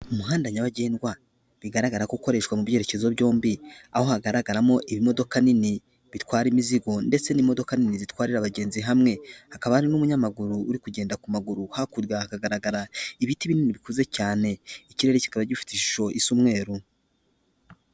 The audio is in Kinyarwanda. Umuhanda nyabagendwa bigaragara ko ukoreshwa mu byerekezo byombi aho hagaragaramo ibi imodoka nini bitwara imizigo ndetse n'imodoka nini zitwararira abagenzi hamwe, hakaba ari n'umunyamaguru uri kugenda ku maguru hakurya hagaragara ibiti binini bikuze cyane. Ikirere kikaba gifite ishusho isa n'umweru.